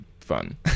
fun